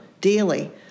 daily